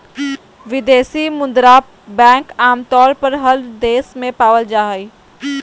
विदेशी मुद्रा बैंक आमतौर पर हर देश में पावल जा हय